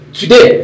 today